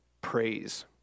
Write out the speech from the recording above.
praise